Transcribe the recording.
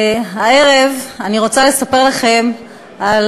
הערב אני רוצה לספר לכם על